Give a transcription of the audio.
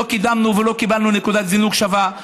לא קידמנו, ולא קיבלנו נקודת זינוק שווה.